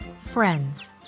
Friends